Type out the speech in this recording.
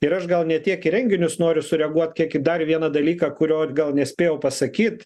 ir aš gal ne tiek į renginius noriu sureaguot kiek į dar vieną dalyką kurio gal nespėjau pasakyt